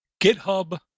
GitHub